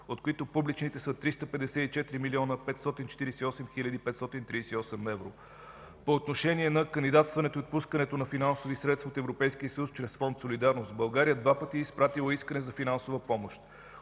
от които публичните са 354 млн. 548 хил. 538 евро. По отношение на кандидатстването и отпускането на финансови средства от Европейския съюз. Чрез Фонд „Солидарност” България два пъти е изпратила искане за финансова помощ